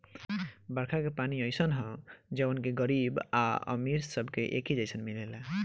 बरखा के पानी अइसन ह जवन की गरीब आ अमीर सबके एके जईसन मिलेला